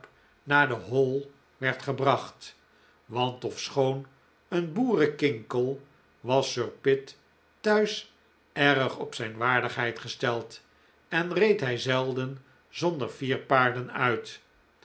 naar de hall werd gebracht want ofschoon een boerenkinkel was sir pitt thuis erg op zijn waardigheid gesteld en reed hij zelden zonder vier paarden uit